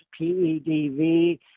PEDV